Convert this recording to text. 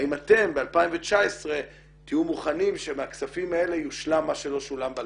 האם אתם ב-2019 תהיו מוכנים שמהכספים האלה יושלם מה שלא שולם ב-2018?